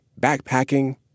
backpacking